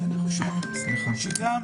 ברגע